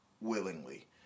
willingly